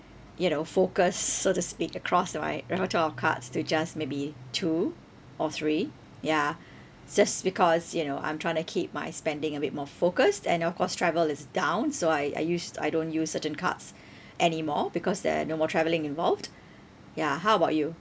you know focus so to speak across right right to our cards to just maybe two or three ya just because you know I'm trying to keep my spending a bit more focused and of course travel is down so I I use I don't use certain cards anymore because there are no more traveling involved ya how about you